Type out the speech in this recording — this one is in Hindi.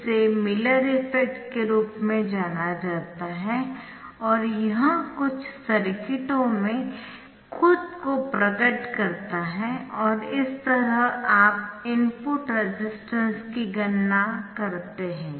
इसे मिलर इफ़ेक्ट के रूप में जाना जाता है और यह कुछ सर्किटों में खुद को प्रकट करता है और इस तरह आप इनपुट रेसिस्टेंस की गणना करते है